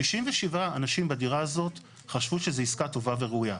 67 אנשים בדירה הזאת חשבו שזו עסקה טובה וראויה.